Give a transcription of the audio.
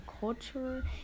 Culture